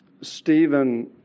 Stephen